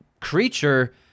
creature